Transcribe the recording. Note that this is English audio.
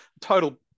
total